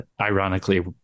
ironically